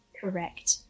correct